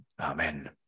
Amen